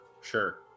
sure